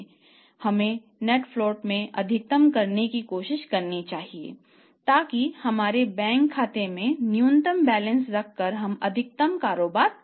हमें net float को अधिकतम करने की कोशिश करनी चाहिए ताकि हमारे बैंक खाते में न्यूनतम बैलेंस रखकर हम अधिकतम कारोबार कर सकें